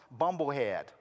bumblehead